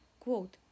Quote